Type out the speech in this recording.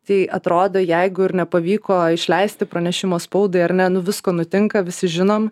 tai atrodo jeigu ir nepavyko išleisti pranešimo spaudai ar ne nu visko nutinka visi žinom